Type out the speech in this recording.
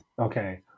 Okay